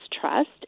trust